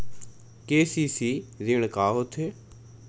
KCC ऋण का होथे?